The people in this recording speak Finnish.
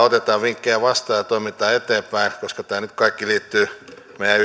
otamme vinkkejä vastaan ja toimitamme eteenpäin koska tämä kaikki liittyy meidän